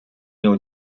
朋友